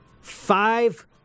Five